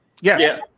Yes